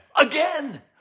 Again